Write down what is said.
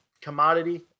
commodity